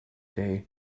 day